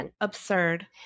Absurd